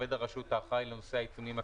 לעובד הרשות האחראי לנושא העיצומים הכספיים,